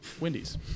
Wendy's